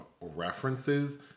references